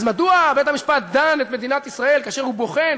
אז מדוע דן בית-המשפט את מדינת ישראל כאשר הוא בוחן,